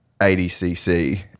ADCC